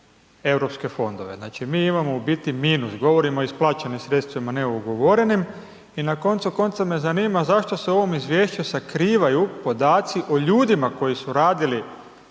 EU fondove. Znači mi imamo u biti minus, govorimo o isplaćenim sredstvima, ne ugovorenim, i na koncu konca me zanima zašto se u ovom izvješću sakrivaju podaci o ljudima koji su radili